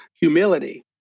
humility